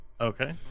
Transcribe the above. okay